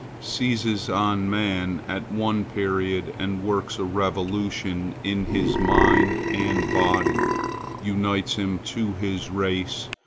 seizes on man at one period and works a revolution in his mind and body unites him to his race,